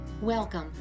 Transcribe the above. Welcome